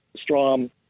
Strom